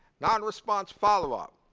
non-response follow-up.